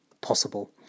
possible